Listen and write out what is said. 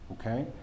okay